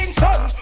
son